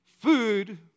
food